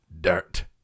Dirt